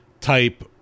type